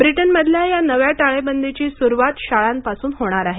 Britain मधल्या या नव्या टाळेबंदीची सुरुवात शाळांपासून होणार आहे